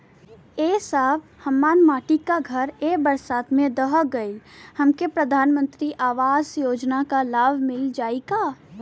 ए साहब हमार माटी क घर ए बरसात मे ढह गईल हमके प्रधानमंत्री आवास योजना क लाभ मिल जाई का?